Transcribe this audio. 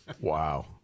Wow